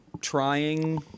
trying